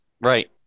Right